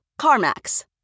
CarMax